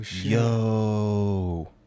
yo